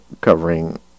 covering